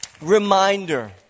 reminder